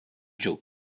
joe